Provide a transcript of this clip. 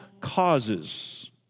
causes